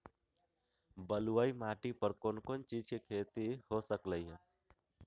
बलुई माटी पर कोन कोन चीज के खेती हो सकलई ह?